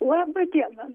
laba diena